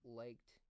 liked